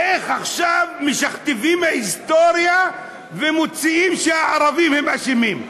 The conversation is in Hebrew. איך עכשיו משכתבים את ההיסטוריה ומוצאים שהערבים הם אשמים?